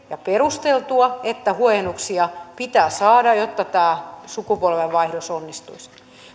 ja perusteltua että huojennuksia pitää saada jotta tämä sukupolvenvaihdos onnistuisi